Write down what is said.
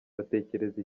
batekereza